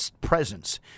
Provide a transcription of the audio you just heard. presence